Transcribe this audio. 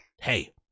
hey